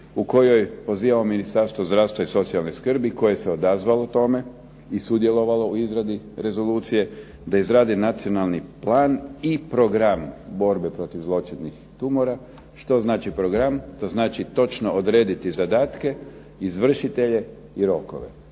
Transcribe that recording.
u kojoj pozivamo Ministarstvo zdravstva i socijalne skrbi koje se odazvalo tome i sudjelovalo u izradi rezolucije da izrade nacionalni plan i program borbe protiv zloćudnih tumora. Što znači program? To znači točno odrediti zadatke, izvršitelje i rokove.